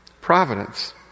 Providence